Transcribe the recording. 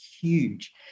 huge